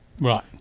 Right